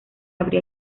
habría